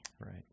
Right